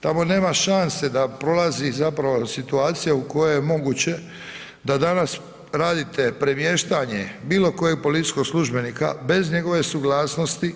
Tamo nema šanse da prolazi zapravo situacija u kojoj je moguće da danas radite premještanje bilokojeg policijskog službenika bez njegove suglasnosti